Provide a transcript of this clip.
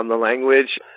language